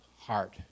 heart